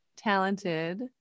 Talented